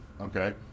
okay